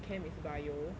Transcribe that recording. chem is bio